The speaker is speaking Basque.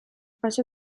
baso